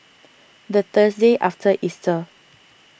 the Thursday after Easter